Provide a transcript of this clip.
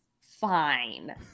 fine